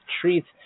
treats